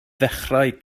ddechrau